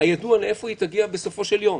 הידוע לאיפה היא תגיע בסופו של יום.